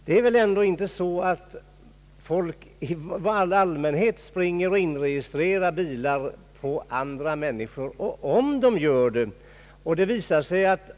Det är väl inte så folk i allmänhet ringer och inregistrerar bilar på andra människor, och om de gör det så kommer väl det verkliga förhållandet att visa sig så småningom.